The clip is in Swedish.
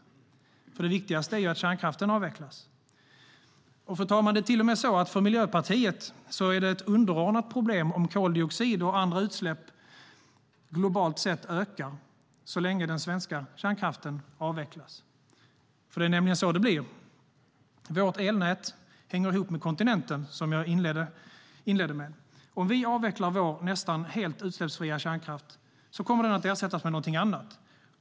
Det viktigaste är att kärnkraften avvecklas. Fru talman! För Miljöpartiet är det till och med ett underordnat problem om koldioxidutsläpp och andra utsläpp globalt sett ökar - så länge den svenska kärnkraften avvecklas. Det är nämligen så det blir. Vårt elnät hänger ihop med kontinenten, som jag inledde med att säga. Om vi avvecklar vår nästan helt utsläppsfria kärnkraft kommer den att ersättas med någonting annat.